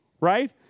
right